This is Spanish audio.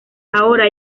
ahora